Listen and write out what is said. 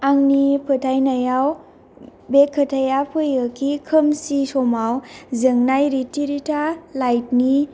आंनि फोथायनायाव बे खोथाया फैयो खि खोमसि समाव जोंनाय रिथि रिथा लाइटनि